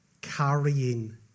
carrying